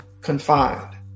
confined